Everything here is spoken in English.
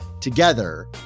together